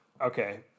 okay